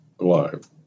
alive